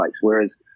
Whereas